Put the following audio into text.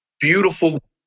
beautiful